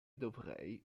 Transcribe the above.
dovrei